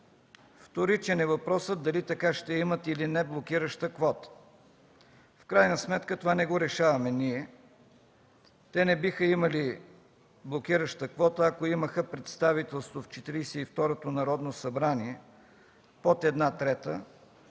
Вторичен е въпросът дали така ще имат, или не блокираща квота. В крайна сметка това не го решаваме ние. Те не биха имали блокираща квота, ако имаха представителство в Четиридесет и второто Народно събрание под една трета,